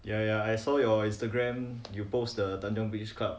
ya ya I saw your Instagram you post the tanjong beach club